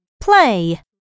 Play